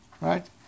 Right